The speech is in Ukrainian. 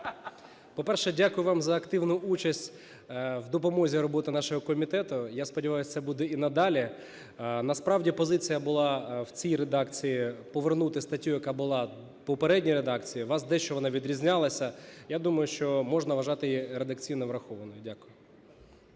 По-перше, дякую вам за активну участь в допомозі роботи нашого комітету. Я сподіваюся, що це буде і надалі. Насправді, позиція була в цій редакції: повернути статтю, яка була в попередній редакції. У вас дещо вона відрізнялася. Я думаю, що можна вважати її редакційно врахованою. Дякую.